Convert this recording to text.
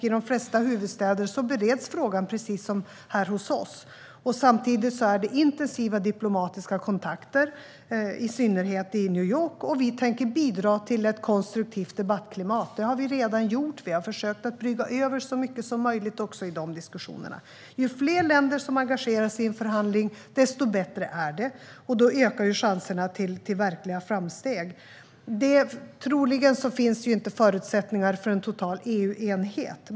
I de flesta huvudstäder bereds frågan precis som här hos oss. Samtidigt är det intensiva diplomatiska kontakter, i synnerhet i New York. Vi tänker bidra till ett konstruktivt debattklimat. Det har vi redan gjort. Vi har försökt att brygga över så mycket som möjligt i de diskussionerna. Ju fler länder som engagerar sig i en förhandling, desto bättre är det. Då ökar chanserna till verkliga framsteg. Troligen finns inte förutsättningar för en total EU-enighet.